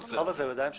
חוה, זה בידיים שלכם.